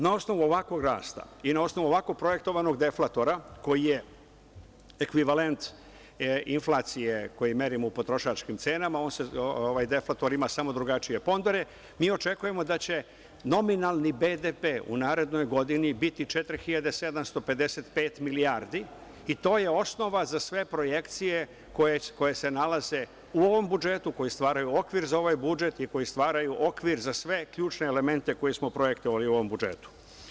Na osnovu ovakvog rasta i na osnovu ovako projektovanog deflatora koji je ekvivalent inflacije koji merimo u potrošačkim cenama, on se, deflator ima samo drugačije pondere, mi očekujemo da će nominalni BDP u narednoj godini biti 4.755 milijardi i to je osnova za sve projekcije koje se nalaze u ovom budžetu, koje stvaraju okvir za ovaj budžet i koje stvaraju okvir za sve ključne elemente koje smo projektovali u ovom budžetu.